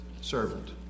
Servant